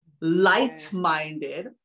light-minded